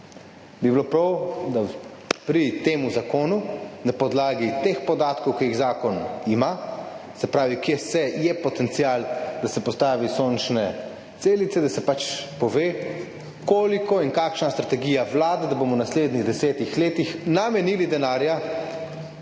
bi bilo prav, da pri tem zakonu na podlagi teh podatkov, ki jih zakon ima, se pravi, kje vse je potencial, da se postavi sončne celice, da se pač pove, koliko in kakšna je strategija Vlade, koliko bomo v naslednjih 10 letih namenili denarja